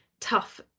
tough